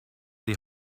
die